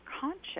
conscious